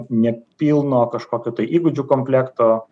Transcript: nepilno kažkokio tai įgūdžių komplekto